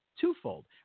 twofold